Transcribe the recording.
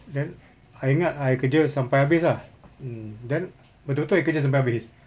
then I ingat I kerja sampai habis ah mm then betul betul I kerja sampai habis